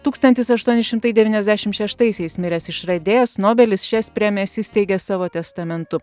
tūkstantis aštuoni šimtai devyniasdešim šeštaisiais miręs išradėjas nobelis šias premijas įsteigė savo testamentu